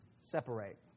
separate